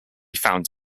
found